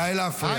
די להפריע.